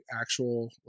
actual